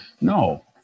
No